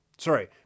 Sorry